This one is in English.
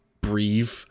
breathe